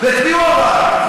את מי הוא הרג?